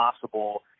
possible